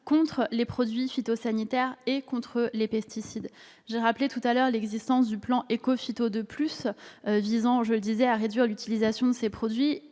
contre les produits phytosanitaires et contre les pesticides. J'ai rappelé tout à l'heure l'existence du plan Écophyto 2+, visant, disais-je, à réduire l'utilisation de ces produits